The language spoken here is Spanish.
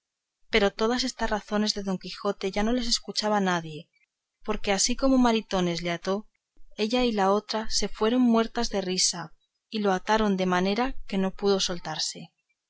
pero todas estas razones de don quijote ya no las escuchaba nadie porque así como maritornes le ató ella y la otra se fueron muertas de risa y le dejaron asido de manera que fue imposible soltarse